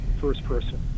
first-person